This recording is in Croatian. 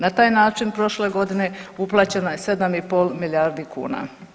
Na taj način prošle godine uplaćeno je 7,5 milijardi kuna.